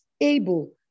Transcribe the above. able